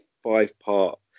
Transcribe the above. five-part